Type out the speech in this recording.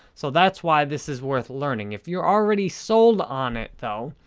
so that's why this is worth learning. if you're already sold on it though,